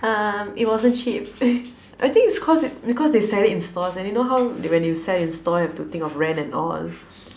um it wasn't cheap I think it's cause because they sell it in stores you know how when you sell in stores have to think of rent and all